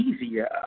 easier